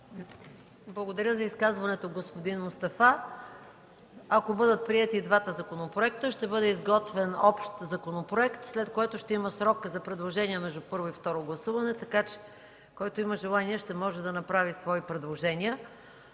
Благодаря за изказването, господин Мустафа. Ако бъдат приети двата законопроекта, ще бъде изготвен общ законопроект, след което ще има срок за предложения между първо и второ гласуване, така че който има желание, може да направи свои предложения.